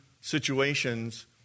situations